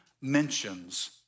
mentions